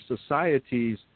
societies